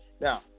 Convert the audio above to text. Now